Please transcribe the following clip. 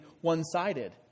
one-sided